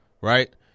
right